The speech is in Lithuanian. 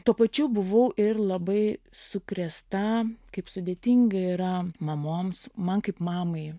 tuo pačiu buvau ir labai sukrėsta kaip sudėtinga yra mamoms man kaip mamai